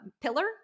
pillar